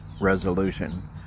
resolution